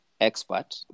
expert